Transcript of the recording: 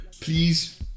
Please